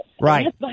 Right